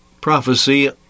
prophecy